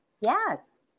yes